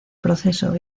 proceso